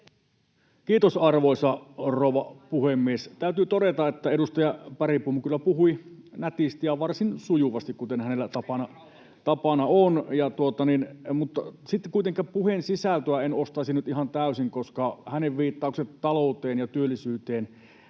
Kiitos, arvoisa rouva puhemies! Täytyy todeta, että edustaja Bergbom kyllä puhui nätisti ja varsin sujuvasti, kuten hänellä tapana on. Mutta sitten kuitenkaan puheen sisältöä en ostaisi nyt ihan täysin, koska hänen viittauksistaan talouteen ja työllisyyteen